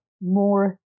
more